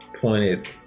pointed